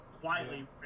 Quietly